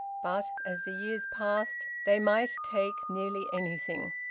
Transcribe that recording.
but, as the years passed, they might take nearly anything.